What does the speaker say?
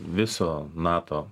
viso nato